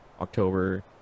october